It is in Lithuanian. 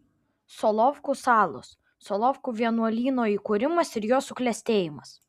solovkų salos solovkų vienuolyno įkūrimas ir jo suklestėjimas